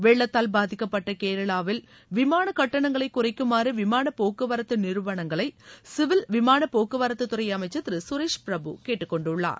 வெள்ளத்தால் பாதிக்கப்பட்ட கேரளாவில் விமான கட்டணங்களை குறைக்குமாறு விமானப் போக்குவரத்து நிறுவனங்களை சிவில் விமானப்போக்கு வரத்துத்துறை அமைச்சர் திரு சுரேஷ் பிரபு கேட்டுக் கொண்டுள்ளார்